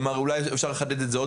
אולי אפשר לחדד את זה עוד.